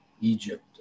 Egypt